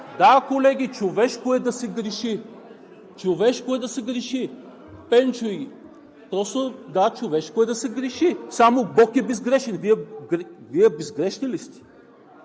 Да, колеги, човешко е да се греши. Човешко е да се греши! Пенчо и… Просто, да, човешко е да се греши. Само Бог е безгрешен. (Шум и реплики от